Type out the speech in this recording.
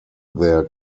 their